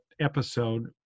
episode